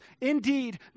indeed